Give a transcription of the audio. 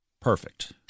Perfect